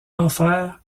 enfer